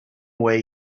way